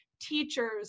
teachers